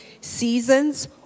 seasons